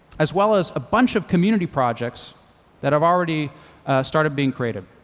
as well as a bunch of community projects that have already started being created.